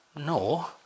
No